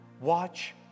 Watch